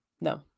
no